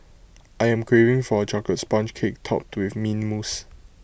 I am craving for A Chocolate Sponge Cake Topped with Mint Mousse